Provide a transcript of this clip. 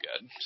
good